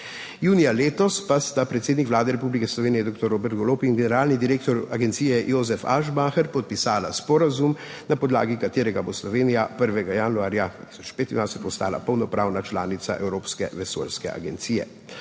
Junija letos pa sta predsednik Vlade Republike Slovenije dr. Robert Golob in generalni direktor agencije Joseph Aschbacher podpisala sporazum, na podlagi katerega bo Slovenija 1. januarja 2015 je postala polnopravna članica Evropske vesoljske agencije.